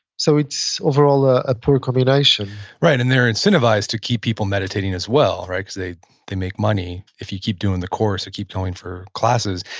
so it's overall a ah poor combination right. and they're incentivized to keep people meditating as well, right? because they make money if you keep doing the course or keep going for classes.